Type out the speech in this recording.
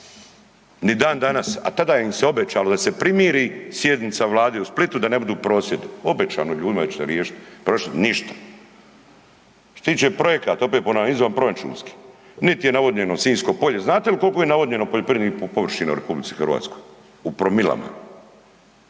ni dan danas, a tada im se obećalo da se primiri sjednica Vlade u Splitu da ne budu prosvjedi, obećano ljudima da će se riješiti, ništa. Što se tiče projekata, opet ponavljam izvanproračunskih, nit je navodnjeno Sinjsko polje, znate li koliko je navodnjeno poljoprivrednih površina u RH u promilama